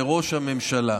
לראש הממשלה.